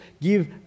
give